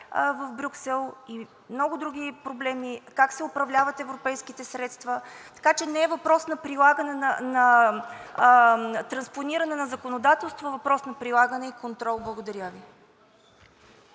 в Брюксел и много други проблеми, как се управляват европейските средства. Така че не е въпрос на транспониране на законодателството, а е въпрос на прилагане и контрол. Благодаря Ви.